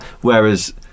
Whereas